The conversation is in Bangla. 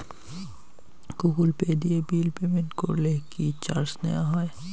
গুগল পে দিয়ে বিল পেমেন্ট করলে কি চার্জ নেওয়া হয়?